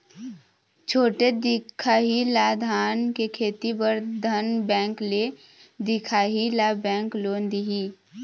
छोटे दिखाही ला धान के खेती बर धन बैंक ले दिखाही ला बैंक लोन दिही?